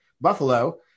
Buffalo